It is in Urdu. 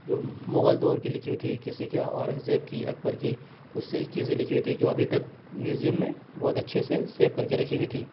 جو مغل دور کی لکھی ہوئی تھیں کسی کا اورنگ زیب کی اکبر کی بہت ساری چیزیں لکھی ہوئی تھی جو ابھی تک میوزیم میں بہت اچھے سے سیو کر کے رکھی ہوئی تھی